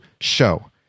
show